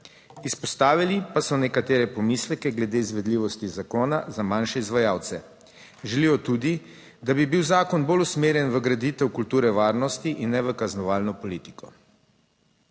Izpostavili pa so nekatere pomisleke glede izvedljivosti zakona za manjše izvajalce. Želijo tudi, da bi bil zakon bolj usmerjen v graditev kulture varnosti in ne v kaznovalno politiko.